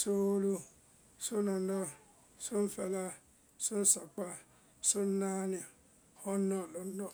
soolu, soŋlɔndɔ́, soŋfɛla, soŋsakpá, soŋnáani, hɔndɔlɔndɔ́.